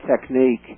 technique